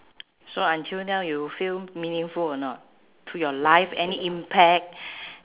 so until now you feel meaningful or not to your life any impact